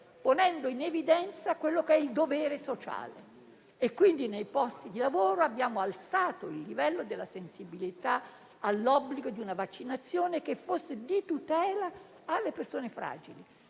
ponendo in evidenza il dovere sociale. Quindi, nei posti di lavoro abbiamo alzato il livello della sensibilità rispetto all'obbligo di una vaccinazione che fosse a tutela delle persone fragili.